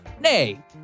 Nay